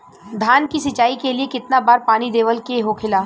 धान की सिंचाई के लिए कितना बार पानी देवल के होखेला?